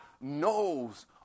knows